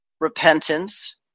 repentance